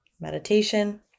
meditation